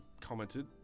commented